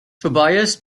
tobias